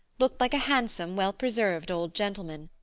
looked like a handsome, well-preserved old gentleman.